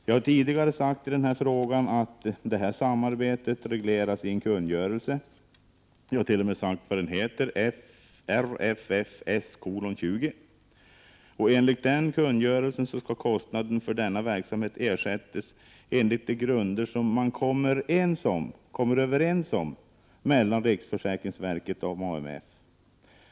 Jag har tidigare sagt i den här frågan att det här samarbetet regleras i en kungörelse, RFFS:20. Enligt den kungörelsen skall kostnaden för denna verksamhet ersättas enligt de grunder som man kommer överens om mellan riksförsäkringsverket och AMF.